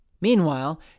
Meanwhile